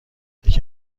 یکی